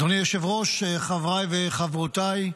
אדוני היושב-ראש, חבריי וחברותיי,